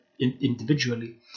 individually